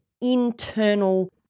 internal